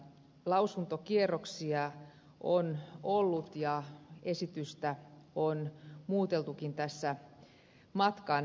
lausuntokierroksia on ollut ja esitystä on muuteltukin tässä matkan varrella